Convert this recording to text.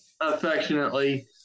affectionately